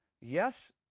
Yes